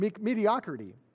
mediocrity